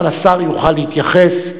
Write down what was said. כמובן, השר יוכל להתייחס.